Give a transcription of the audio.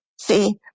see